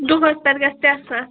دۄہَس پٮ۪ٹھ گژھِ ترٛےٚ ساس